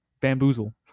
Bamboozle